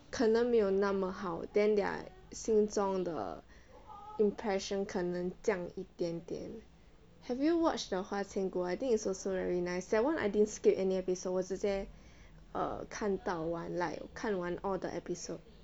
可能没有那么好 then their 心中的 impression 可能降一点点 have you watched the 花千骨 I think it's also very nice that one I didn't skip any episode 我直接看到完 like 看完 all the episodes